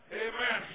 amen